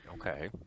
Okay